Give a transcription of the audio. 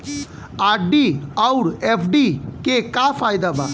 RD आउर FD के का फायदा बा?